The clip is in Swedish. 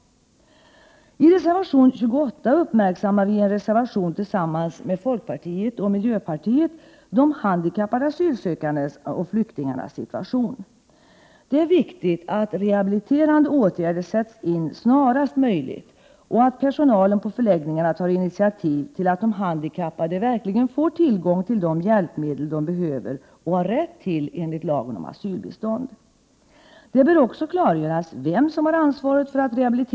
I reservation nr 28 uppmärksammar vi tillsammans med folkpartiet och miljöpartiet de handikappade asylsökandenas och flyktingarnas situation. Det är viktigt att rehabiliterande åtgärder sätts in snarast möjligt och att personalen på förläggningarna tar initiativ till att de handikappade verkligen får tillgång till de hjälpmedel de behöver och har rätt till enligt lagen om asylbistånd. Det bör också klargöras vem som har ansvaret för att rehabilite Prot.